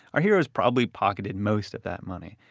our heroes probably pocketed most of that money.